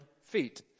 feet